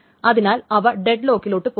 അതിനാൽ അവ ഡെഡ് ലോക്കിലോട്ട് പോകാം